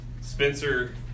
Spencer